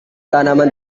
tanaman